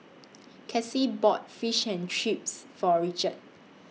Kassie bought Fish and Chips For Richard